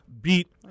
beat